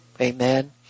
amen